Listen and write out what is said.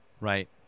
Right